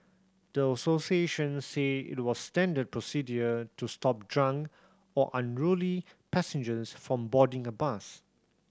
the associations said it was standard procedure to stop drunk or unruly passengers from boarding a bus